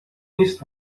نیست